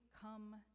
come